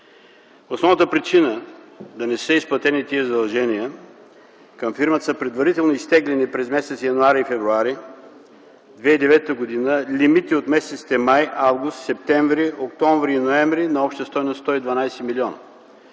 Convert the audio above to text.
Основната причина да не са изплатени тези задължения към фирмата са предварително изтеглени през м. януари и февруари 2009 г. лимити от месеците май, август, септември, октомври и ноември на обща стойност 112 милиона.